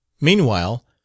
Meanwhile